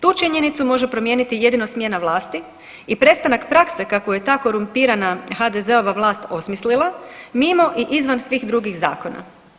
Tu činjenicu može promijeniti jedino smjena vlasti i prestanak prakse kako je ta korumpirana HDZ-ova vlast osmislila mimo i izvan svih drugih zakona.